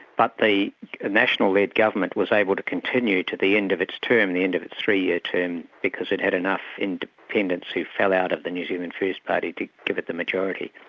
but the national-led government was able to continue to the end of its term, the end of its three-year term, because it had enough independents who fell out of the new zealand first party to give it the majority.